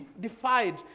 defied